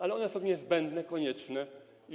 Ale one są niezbędne, konieczne i